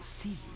see